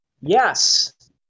Yes